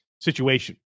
situation